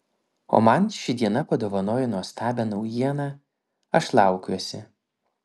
o man ši diena padovanojo nuostabią naujieną aš laukiuosi